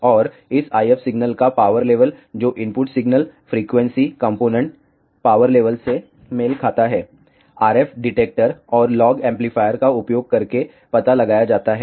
और इस IF signal का पावर लेवल जो input signal frequency components power level से मेल खाता है RF डिटेक्टर और लॉग एम्पलीफायर का उपयोग करके पता लगाया जाता है